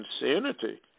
insanity